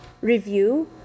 review